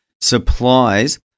supplies